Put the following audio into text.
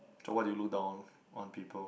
so what do you look down on on people